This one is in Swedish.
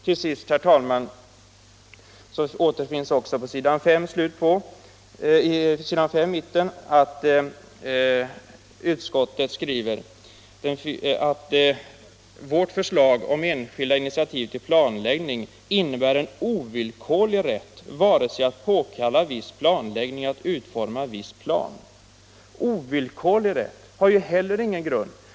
Till sist, herr talman, skriver utskottet mitt på s. 5 att vårt förslag om enskilda initiativ till planläggning gäller ”-—-—- en ovillkorlig rätt vare sig att påkalla viss planläggning eller att utforma viss plan”. Uttrycket ”ovillkorlig rätt” har heller ingen grund.